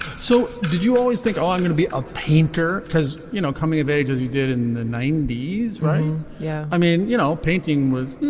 so did you always think oh i'm going to be a painter because you know coming of age as you did in the ninety s. right. yeah. i mean you know painting was.